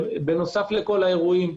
בנוסף כל האירועים.